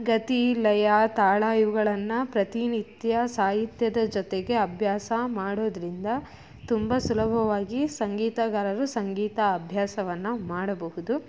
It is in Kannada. ಗತಿ ಲಯ ತಾಳ ಇವುಗಳನ್ನ ಪ್ರತಿ ನಿತ್ಯ ಸಾಹಿತ್ಯದ ಜೊತೆಗೆ ಅಭ್ಯಾಸ ಮಾಡೋದರಿಂದ ತುಂಬ ಸುಲಭವಾಗಿ ಸಂಗೀತಗಾರರು ಸಂಗೀತ ಅಭ್ಯಾಸವನ್ನು ಮಾಡಬಹುದು